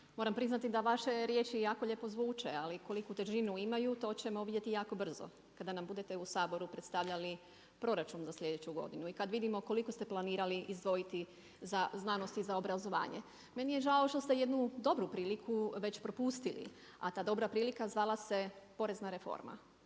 Moram priznati da vaše riječi jako lijepo zvuče, ali koliku težinu imaju to ćemo vidjeti jako brzo kada nam budete u Saboru predstavljali proračun za slijedeću godinu i kad vidimo koliko ste planirali izdvojiti za znanosti i za obrazovanje. Meni je žao što ste jednu dobru priliku već propustili. A ta dobra prilika zvala se porezna reforma.